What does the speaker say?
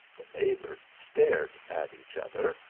the neighbours stared at each other,